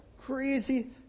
Crazy